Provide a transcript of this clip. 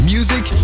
Music